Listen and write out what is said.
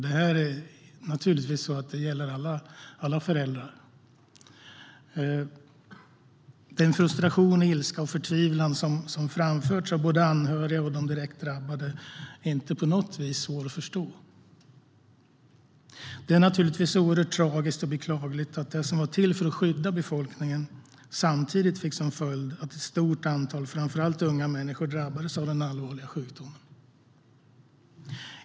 Det gäller naturligtvis alla föräldrar. Den frustration, ilska och förtvivlan som framförts av både anhöriga och de direkt drabbade är inte på något sätt svår att förstå. Det är oerhört tragiskt och beklagligt att det som var tänkt att skydda befolkningen samtidigt fick till följd att ett stort antal framför allt unga människor drabbades av den allvarliga sjukdomen.